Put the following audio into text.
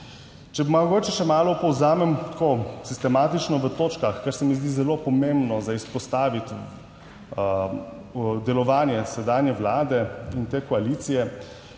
Če mogoče še malo povzamem sistematično po točkah, kar se mi zdi zelo pomembno izpostaviti, delovanje sedanje vlade in te koalicije.